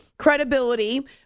credibility